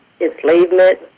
enslavement